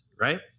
Right